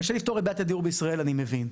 קשה לפתור את בעיית הדיור בישראל, אני מבין.